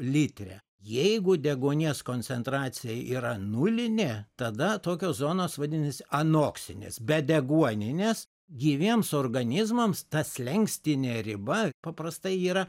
litre jeigu deguonies koncentracija yra nulinė tada tokios zonos vadinasi anoksines be deguoninės gyviems organizmams ta slenkstinė riba paprastai yra